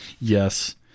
Yes